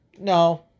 no